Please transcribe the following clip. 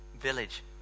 village